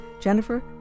Jennifer